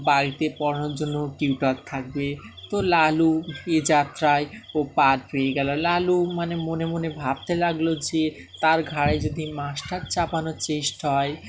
বাড়িতে পড়ানোর জন্য টিউটার থাকবে তো লালু এ যাত্রায় ও পার পেয়ে গেলো লালু মানে মনে মনে ভাবতে লাগলো যে তার ঘাড়ে যদি মাস্টার চাপানোর চেষ্টা হয়